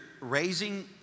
raising